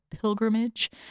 pilgrimage